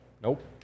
Nope